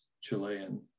Chilean